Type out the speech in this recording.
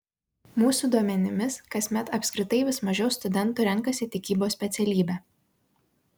mūsų duomenimis kasmet apskritai vis mažiau studentų renkasi tikybos specialybę